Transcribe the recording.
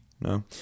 no